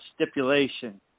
stipulation